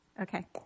Okay